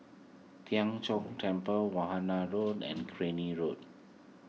Tien Chor Temple Warna Road and Crany Road